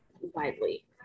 widely